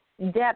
depth